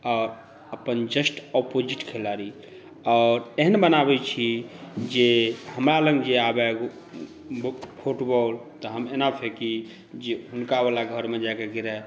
आ अपन just opposite खिलाड़ी आओर एहन बनाबैत छी जे हमरा लग जे आबै फुटबॉल तऽ हम एना फेकी जे हुनका वला घरमे जाकऽ गिरय